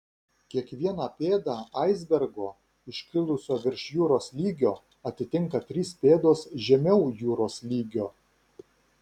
kiekvieną pėdą aisbergo iškilusio virš jūros lygio atitinka trys pėdos žemiau jūros lygio